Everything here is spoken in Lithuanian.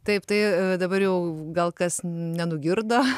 taip tai dabar jau gal kas nenugirdo